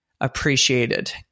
appreciated